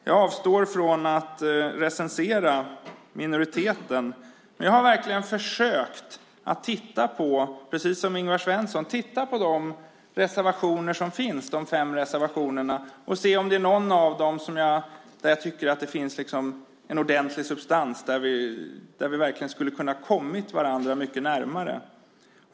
Jag avstår från att recensera minoriteten, men jag har verkligen försökt att, precis som Ingvar Svensson, titta på de fem reservationer som finns och se om det är någon av dem där jag tycker att det finns en ordentlig substans, där vi verkligen skulle ha kunnat komma varandra närmare.